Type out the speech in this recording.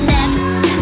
Next